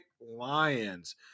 lions